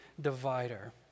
divider